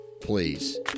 Please